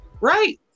Right